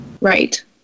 Right